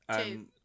two